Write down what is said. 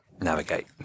navigate